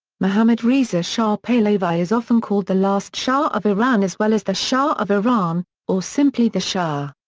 mohammad reza shah pahlavi is often called the last shah of iran as well as the shah of iran or simply the shah.